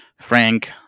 Frank